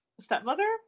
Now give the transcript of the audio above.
stepmother